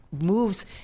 moves